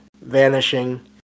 vanishing